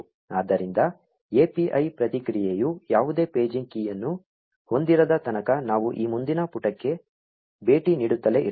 ಆದ್ದರಿಂದ API ಪ್ರತಿಕ್ರಿಯೆಯು ಯಾವುದೇ ಪೇಜಿಂಗ್ ಕೀಯನ್ನು ಹೊಂದಿರದ ತನಕ ನಾವು ಈ ಮುಂದಿನ ಪುಟಕ್ಕೆ ಭೇಟಿ ನೀಡುತ್ತಲೇ ಇರುತ್ತೇವೆ